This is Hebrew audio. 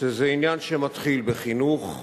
שזה עניין שמתחיל בחינוך,